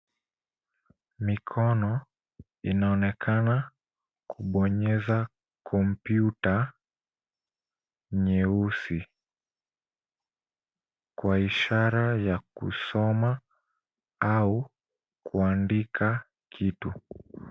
Mikono inaonekana kubonyeza kompyuta nyeusi kwa ishara ya kusoma au kuandika kitu.